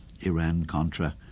Iran-Contra